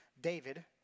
David